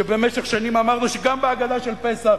במשך שנים אמרנו שגם בהגדה של פסח,